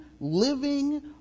living